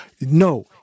no